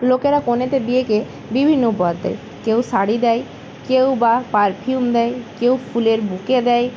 লোকেরা কনেতে বিয়েকে বিভিন্ন উপহার দেয় কেউ শাড়ি দেয় কেউ বা পারফিউম দেয় কেউ ফুলের বোকে দেয়